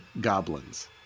goblins